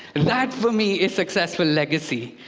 that for me is successful legacy.